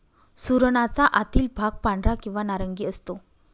सुरणाचा आतील भाग पांढरा किंवा नारंगी असतो